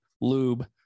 lube